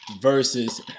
versus